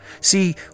See